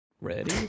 ready